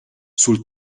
sul